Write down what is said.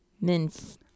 mince